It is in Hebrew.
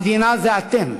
המדינה, זה אתם.